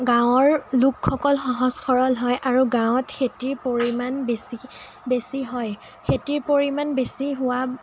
গাঁৱৰ লোকসকল সহজ সৰল হয় আৰু গাঁৱত খেতিৰ পৰিমাণ বেছি বেছি হয় খেতিৰ পৰিমাণ বেছি হোৱা